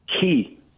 key